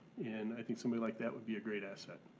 and i think somebody like that would be a great asset.